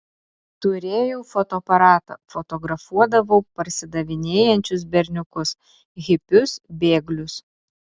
turėjau fotoaparatą fotografuodavau parsidavinėjančius berniukus hipius bėglius